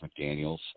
McDaniels